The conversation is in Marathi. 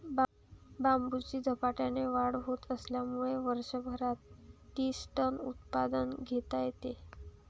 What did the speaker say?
बांबूची झपाट्याने वाढ होत असल्यामुळे वर्षभरात तीस टन उत्पादन घेता येते